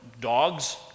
dogs